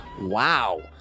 Wow